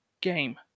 game